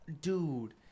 Dude